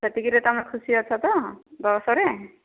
ସେତିକିରେ ତମେ ଖୁସି ଅଛ ତ ଦଶରେ